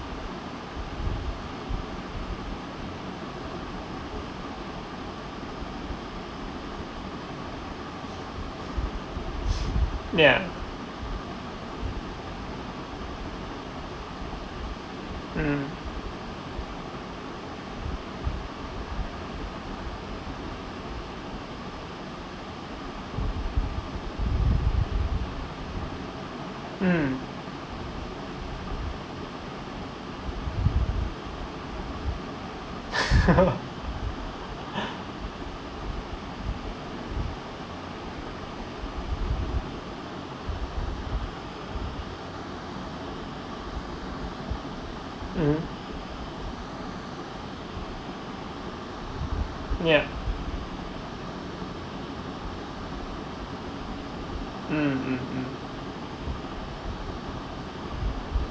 yeah mm mm mmhmm yeah mm mm mm